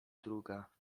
druga